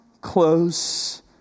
close